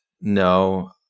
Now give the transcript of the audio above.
no